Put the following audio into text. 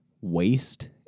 waste